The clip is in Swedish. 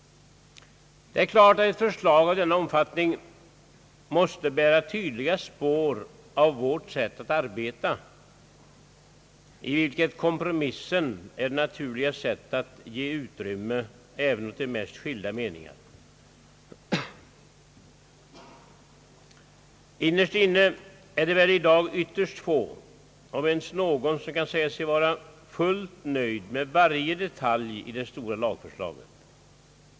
Det är klart att ett förslag av denna omfattning måste bära tydliga spår av vårt sätt att arbeta, i vilket kompromissen är det naturliga sättet att ge utrymme även åt mest skilda meningar. Innerst inne är det väl i dag ytterst få, om ens någon, som kan säga sig vara fullt nöjd med varje detalj i det stora lagförslaget.